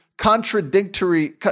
Contradictory